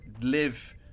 live